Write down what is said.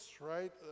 right